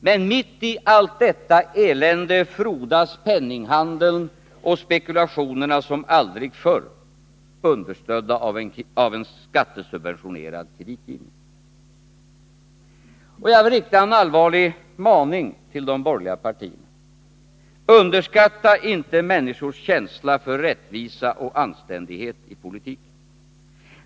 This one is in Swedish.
Men mitt i allt detta elände frodas penninghandeln och spekulationerna som aldrig förr, understödda av en skattesubventionerad kreditgivning. Jag vill rikta en allvarlig maning till de borgerliga partierna: Underskatta inte människors känsla för rättvisa och anständighet i politiken!